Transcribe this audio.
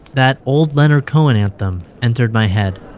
that old leonard cohen anthem entered my head